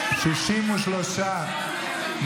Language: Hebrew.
התשפ"ג 2023,